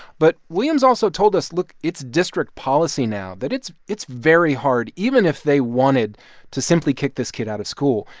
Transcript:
but williams also told us look. it's district policy now that it's it's very hard even if they wanted to simply kick this kid out of school,